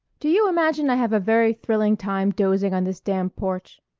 do you imagine i have a very thrilling time dozing on this damn porch?